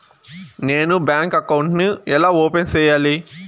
నేను bank account ను ఎలా ఓపెన్ సేయాలి?